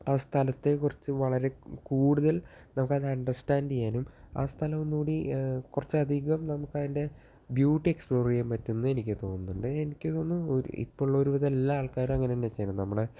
ആ സ്ഥലത്തെ കുറിച്ച് വളരെ കൂടുതല് നമുക്കത് അണ്ടര്സ്റ്റാന്ഡ് ചെയ്യാനും ആ സ്ഥലം ഒന്നു കൂടി കുറച്ച് അധികം നമുക്കതിന്റെ ബ്യൂട്ടി എക്സ്പ്ലോറ് ചെയ്യാന് പറ്റും എന്ന് എനിക്ക് തോന്നുന്നുണ്ട് എനിക്ക് തോന്നുന്നു ഇപ്പോൾ ഉള്ളൊരു ഒരു വിധം എല്ലാ ആള്ക്കാറും അങ്ങനെ തന്നെ ചെയ്യുന്നത് നമ്മുടെ